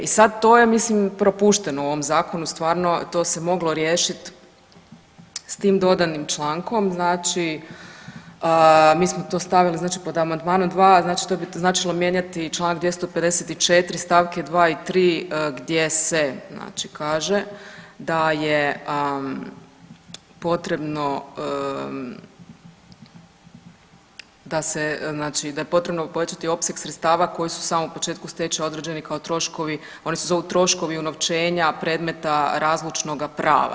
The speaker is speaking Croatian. E i sad to je ja mislim propušteno u ovom zakonu, stvarno to se moglo riješit s tim dodanim člankom znači mi smo to stavili znači pod amandmanom 2 znači to bi značilo mijenjati čl. 254. st. 2. i 3. gdje se znači kaže da je potrebno da se znači da je potrebno povećati opseg sredstava koji su u samom početku stečaja određeni kao troškovi, oni se zovu troškovi unovčenja predmeta razlučnoga prava.